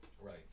Right